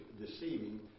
deceiving